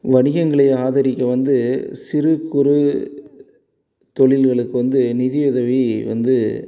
வணிகங்களை ஆதரிக்க வந்து சிறு குறு தொழில்களுக்கு வந்து நிதியுதவி வந்து